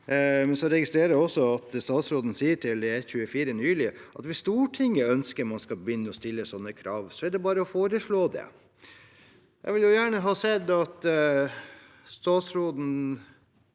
Jeg registrerer også at statsråden sa til E24 nylig at hvis Stortinget ønsker at man skal begynne å stille sånne krav, er det bare å foreslå det. Jeg hadde gjerne sett at statsråden